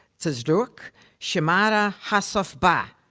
tzaruch shemirah, hasof bah.